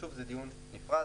שוב, זה דיון נפרד.